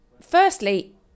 firstly